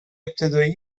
ابتدایی